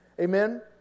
Amen